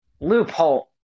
Loophole